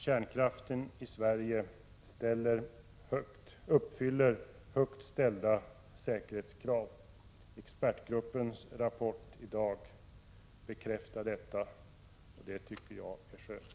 Kärnkraften i Sverige uppfyller högt ställda säkerhetskrav. Expertgruppens rapport i dag bekräftar detta, och det tycker jag är skönt.